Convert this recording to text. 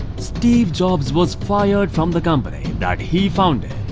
steve jobs was fired from the company that he founded.